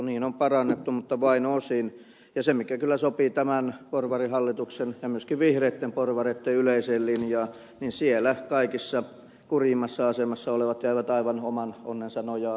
niin on parannettu mutta vain osin ja mikä kyllä sopii tämän porvarihallituksen ja myöskin vihreitten porvareitten yleiseen linjaan kaikkein kurjimmassa asemassa olevat jäivät aivan oman onnensa nojaan